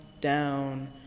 down